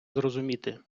зрозуміти